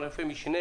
ענפי משנה